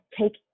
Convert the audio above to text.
take